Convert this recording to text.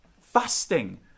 fasting